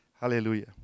Hallelujah